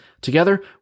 Together